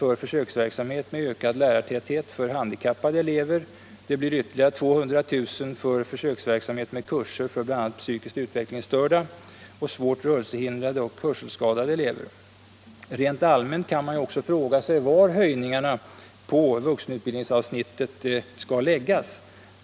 för försöksverksamhet med ökad lärartäthet för handikappade elever. Det blir ytterligare 200 000 kr. för försöksverksamhet med kurser för bl.a. psykiskt utvecklingsstörda, svårt rörelsehindrade och hörselskadade elever. Rent allmänt kan man också fråga sig var höjningarna på vuxenutbildningsavsnittet skall läggas.